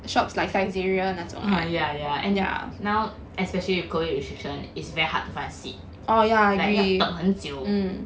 uh yeah yeah and now especially with COVID restriction it's very hard to find a seat like 要等很久